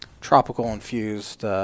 tropical-infused